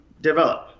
develop